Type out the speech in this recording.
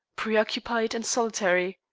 preoccupied, and solitary.